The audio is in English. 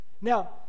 Now